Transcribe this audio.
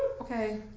Okay